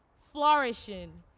flourishing,